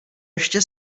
ještě